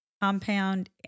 compound